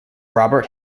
robert